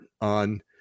on